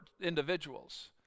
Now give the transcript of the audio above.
individuals